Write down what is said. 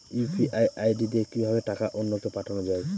UPI ID দিয়ে কিভাবে টাকা অন্য কে পাঠানো যায়?